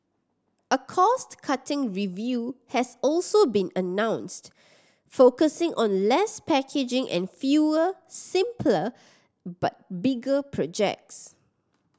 a cost cutting review has also been announced focusing on less packaging and fewer simpler but bigger projects